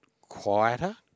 quieter